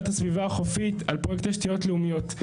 על הסביבה החופית בנושא תשתיות לאומיות.